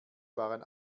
waren